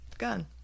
gun